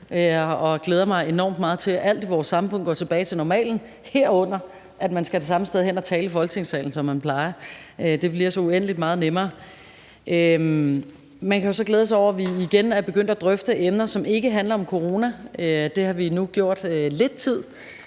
jeg glæder mig enormt meget til, at alt i vores samfund går tilbage til normalen, herunder at man skal tale fra det samme sted i Folketingssalen, som man plejer. Det bliver så uendelig meget nemmere. Man kan jo så glæde sig over, at vi igen er begyndt at drøfte emner, som ikke handler om corona. Det har vi nu gjort lidt tid,